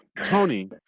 Tony